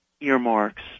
earmarks